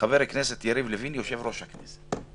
חבר הכנסת יריב לוין, יושב-ראש הכנסת".